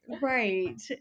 Right